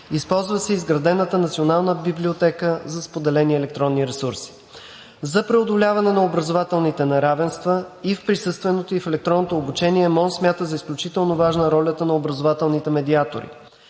Използва се изградената Национална библиотека за споделени електронни ресурси. За преодоляване на образователните неравенства и в присъственото, и в електронното обучение МОН смята за изключително важна ролята на образователните медиатори.